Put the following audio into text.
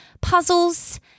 puzzles